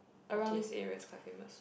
around this area is quite famous